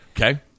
Okay